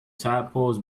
tadpoles